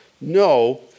No